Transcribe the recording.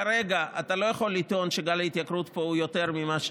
עד שכרגע אתה לא יכול לטעון שגל ההתייקרות פה הוא יותר ממה,